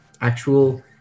actual